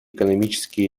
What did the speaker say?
экономические